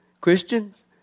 Christians